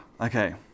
Okay